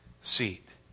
seat